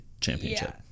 championship